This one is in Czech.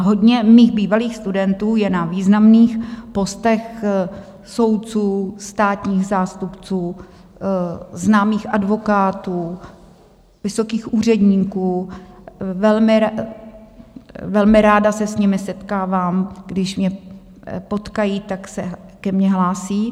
Hodně mých bývalých studentů je na významných postech soudců, státních zástupců, známých advokátů, vysokých úředníků, velmi ráda se s nimi setkávám když mě potkají, tak se ke mně hlásí.